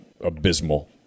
abysmal